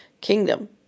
Kingdom